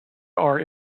are